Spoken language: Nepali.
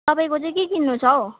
तपाईँको चाहिँ के किन्नु छ हौ